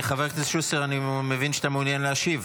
חבר הכנסת שוסטר, אני מבין שאתה מעוניין להשיב?